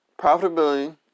profitability